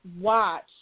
watch